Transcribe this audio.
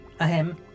ahem